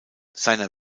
seiner